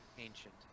Ancient